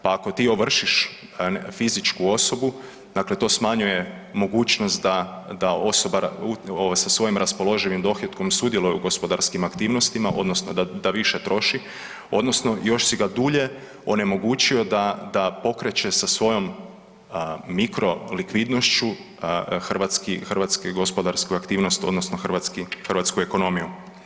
Pa ako ti ovršiš fizičku osobu, dakle to smanjuje mogućnost da osoba sa svojim raspoloživim dohotkom sudjeluje u gospodarskim aktivnostima, odnosno da više troši, odnosno još si ga dulje onemogućio da pokreće sa svojim mikrolikvidnošću hrvatski gospodarsku aktivnosti, odnosno hrvatsku ekonomiju.